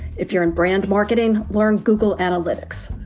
if you're in brand marketing, learn google analytics,